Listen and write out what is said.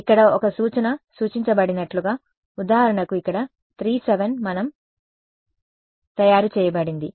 ఇక్కడ ఒక సూచన సూచించబడినట్లుగా ఉదాహరణకు ఇక్కడ 3 7 మనం తయారు చేయబడింది